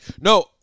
no